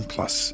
Plus